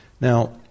Now